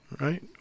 right